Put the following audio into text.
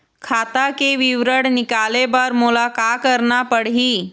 खाता के विवरण निकाले बर मोला का करना पड़ही?